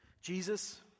Jesus